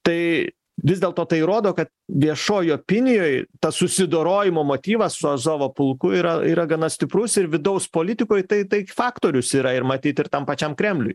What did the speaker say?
tai vis dėlto tai rodo kad viešoj opinijoj tas susidorojimo motyvas su azovo pulku yra yra gana stiprus ir vidaus politikoj tai tai faktorius yra ir matyt ir tam pačiam kremliui